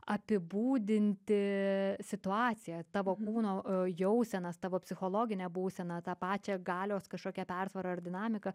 apibūdinti situaciją tavo kūno jausenas tavo psichologinę būseną tą pačią galios kažkokią persvarą ar dinamiką